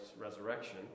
resurrection